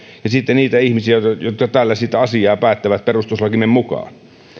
ja sitten niitä ihmisiä jotka täällä siitä asiasta päättävät perustuslakimme mukaan